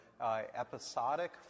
Episodic